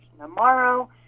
tomorrow